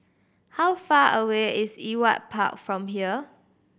how far away is Ewart Park from here